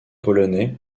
polonais